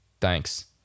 Thanks